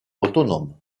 autonome